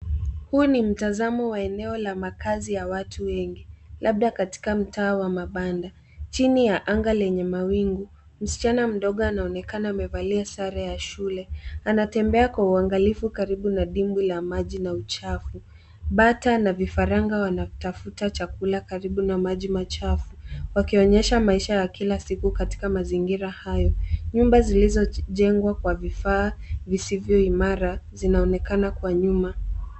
Huu ni mtazamo wa eneo la makazi ya watu wengi labda katika mtaa wa mabanda. Chini ya anga lenye mawingu, msichana mdogo anaonekana amevalia sare ya shule. Anatembea kwa uangalifu karibu na dimbwi la maji na uchafu. Bata na vifaranga wanatafuta chakula karibu na maji machafu, wakionyesha maisha ya kila siku katika mazingira hayo. Nyumba zilizojengwa kwa vifaa visivyo imara zinaonekana kwa nyuma.